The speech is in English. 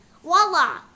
voila